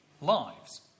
lives